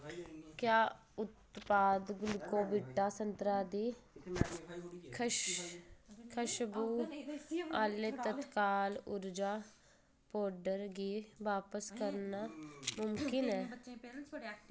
क्या उत्पाद ग्लूकोविटा संतरा दी खश खुश्बो आह्ले तत्काल ऊर्जा पौडर गी बापस करना मुमकन ऐ